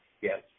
yes